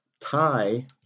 Tie